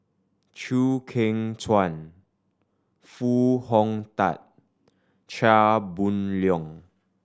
Chew Kheng Chuan Foo Hong Tatt Chia Boon Leong